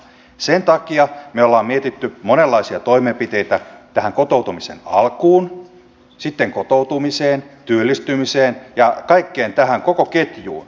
sen takia me olemme miettineet monenlaisia toimenpiteitä tähän kotoutumisen alkuun sitten kotoutumiseen työllistymiseen ja kaikkeen koko tähän ketjuun